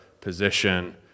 position